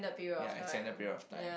ya extended period of time